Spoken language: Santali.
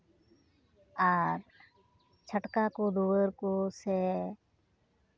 ᱟᱨ ᱪᱷᱟᱴᱠᱟ ᱠᱚ ᱫᱩᱣᱟᱹᱨ ᱠᱚ ᱥᱮ